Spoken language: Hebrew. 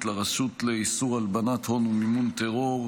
לרשות לאיסור הלבנת הון ומימון טרור,